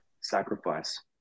sacrifice